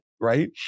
right